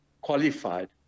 qualified